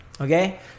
Okay